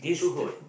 so good